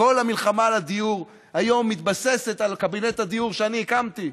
כשכל המלחמה על הדיור היום מתבססת על קבינט הדיור שאני הקמתי.